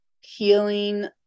healing